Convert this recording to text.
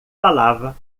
falava